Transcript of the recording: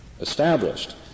established